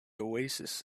oasis